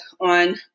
on